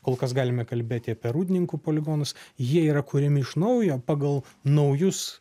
kol kas galime kalbėti apie rūdninkų poligonus jie yra kuriami iš naujo pagal naujus